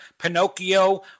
Pinocchio